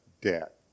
debt